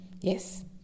yes